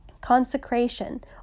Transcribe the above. Consecration